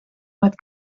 met